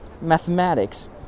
mathematics